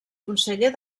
conseller